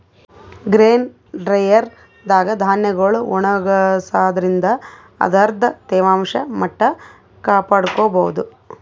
grain dryer ದಾಗ್ ಧಾನ್ಯಗೊಳ್ ಒಣಗಸಾದ್ರಿನ್ದ ಅದರ್ದ್ ತೇವಾಂಶ ಮಟ್ಟ್ ಕಾಪಾಡ್ಕೊಭೌದು